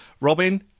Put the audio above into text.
Robin